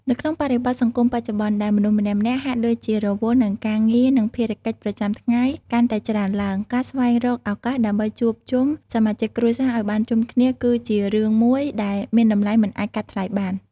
នៅក្នុងបរិបទសង្គមបច្ចុប្បន្ន ដែលមនុស្សម្នាក់ៗហាក់ដូចជារវល់នឹងការងារនិងភារកិច្ចប្រចាំថ្ងៃកាន់តែច្រើនឡើង ការស្វែងរកឱកាសដើម្បីជួបជុំសមាជិកគ្រួសារឲ្យបានជុំគ្នាគឺជារឿងមួយដែលមានតម្លៃមិនអាចកាត់ថ្លៃបាន។